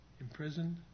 imprisoned